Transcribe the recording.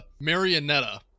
Marionetta